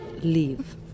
leave